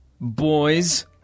boys